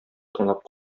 тыңлап